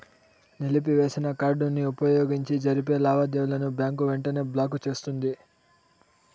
నిలిపివేసిన కార్డుని వుపయోగించి జరిపే లావాదేవీలని బ్యాంకు వెంటనే బ్లాకు చేస్తుంది